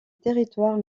territoire